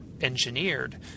engineered